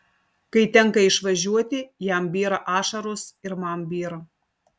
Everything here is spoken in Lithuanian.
kai tenka išvažiuoti jam byra ašaros ir man byra